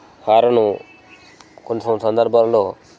కారును కొన్ని కొన్ని సందర్భాలలో